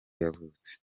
yavutse